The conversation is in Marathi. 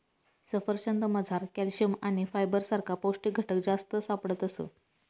सफरचंदमझार कॅल्शियम आणि फायबर सारखा पौष्टिक घटक जास्त सापडतस